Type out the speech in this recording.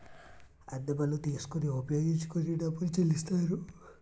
అద్దె బళ్ళు తీసుకొని ఉపయోగించుకొని డబ్బులు చెల్లిస్తారు